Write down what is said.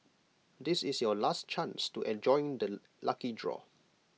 this is your last chance to enjoy the lucky draw